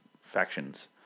factions